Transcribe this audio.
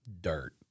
dirt